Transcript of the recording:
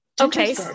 Okay